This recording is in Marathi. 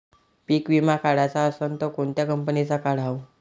पीक विमा काढाचा असन त कोनत्या कंपनीचा काढाव?